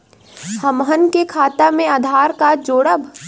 हमन के खाता मे आधार कार्ड जोड़ब?